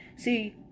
See